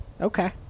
okay